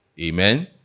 Amen